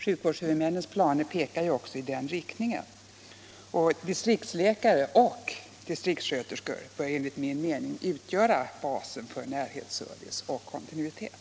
Sjukvårdshuvudmännens planer pekar också i den riktningen. Distriktsläkare och distriktssjuksköterskor bör enligt min mening utgöra basen för närhetsservice och kontinuitet.